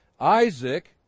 Isaac